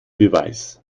beweis